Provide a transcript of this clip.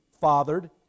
fathered